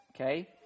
Okay